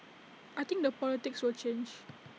I think the politics will change